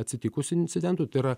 atsitikus incidentui tai yra